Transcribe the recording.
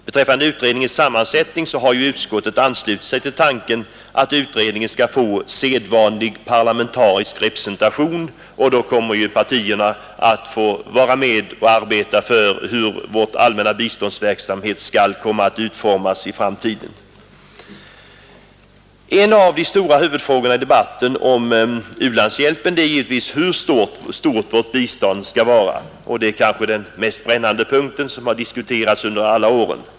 Beträffande utredningens sammansättning har utskottet anslutit sig till tanken att utredningen skall få sedvanlig parlamentarisk representation, och då kommer ju partierna att få vara med i arbetet på hur vår allmänna biståndsverksamhet skall utformas i framtiden. En av de stora huvudfrågorna i debatten om u-landshjälpen är givetvis hur stort vårt bistånd skall vara. Det är kanske den mest brännande punkten, och den har diskuterats under alla åren.